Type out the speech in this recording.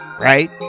Right